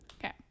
Okay